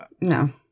No